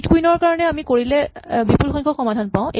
eight queen ৰ কাৰণে কৰিলে আমি বিপুল সংখ্যক সমাধান পাওঁ